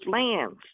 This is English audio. lands